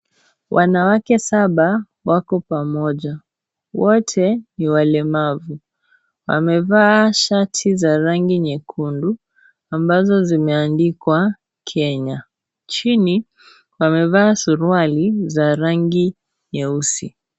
Wanawake Saba wako pamoja. Wote ni walemavu, amevaa shati za rangi nyekundu ambazo zimeandikwa "Kenya". Chini, wamevaa suruali za rangi nyeusi.